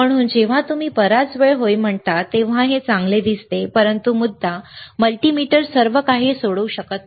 म्हणून जेव्हा तुम्ही बराच वेळ होय म्हणता तेव्हा ते चांगले दिसते परंतु मुद्दा मल्टीमीटर सर्वकाही सोडवू शकत नाही